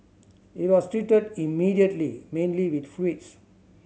it was treated immediately mainly with fluids